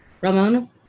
Ramon